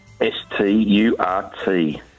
S-T-U-R-T